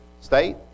state